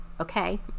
okay